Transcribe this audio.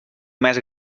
més